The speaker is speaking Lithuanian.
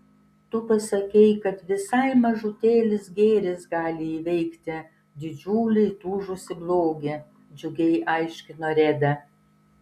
tu pasakei kad visai mažutėlis gėris gali įveikti didžiulį įtūžusį blogį džiugiai aiškino reda